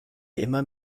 immer